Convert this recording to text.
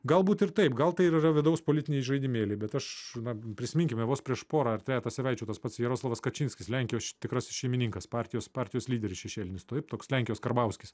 galbūt ir taip gal tai ir yra vidaus politinį žaidimėliai bet aš na prisiminkime vos prieš porą ar trejetą savaičių tas pats jaroslavas kačinskis lenkijos tikrasis šeimininkas partijos partijos lyderis šešėlinis taip toks lenkijos karbauskis